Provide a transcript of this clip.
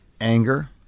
anger